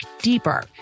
deeper